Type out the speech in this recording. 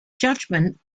judgment